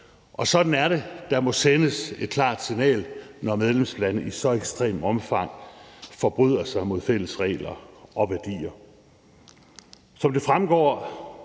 år. Sådan er det – der må sendes et klart signal, når medlemslande i så ekstremt omfang forbryder sig mod fælles regler og værdier.